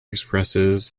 expresses